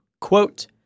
quote